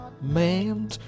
Man